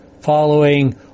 following